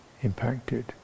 impacted